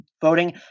voting